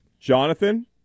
Jonathan